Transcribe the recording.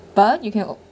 but then you can oh